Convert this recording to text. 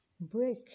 break